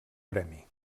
premi